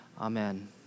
Amen